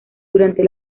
durante